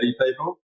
people